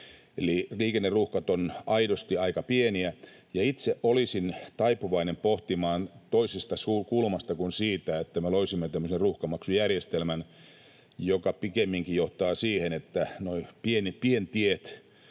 liikenneruuhkat ovat aidosti aika pieniä, ja itse olisin taipuvainen pohtimaan toisesta kulmasta kuin siitä, että me loisimme tämmöisen ruuhkamaksujärjestelmän, joka pikemminkin johtaa siihen, että nuo pientiet